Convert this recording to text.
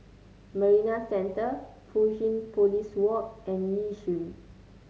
Marina Centre Fusionopolis Walk and Yishun